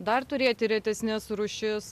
dar turėti retesnes rūšis